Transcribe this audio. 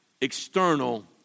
external